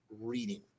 reading